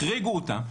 אלא גם החריגו אותם.